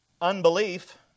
unbelief